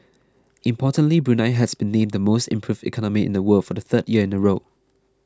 importantly Brunei has been named the most improved economy in the world for the third year in a row